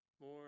more